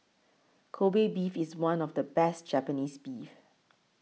Kobe Beef is one of the best Japanese beef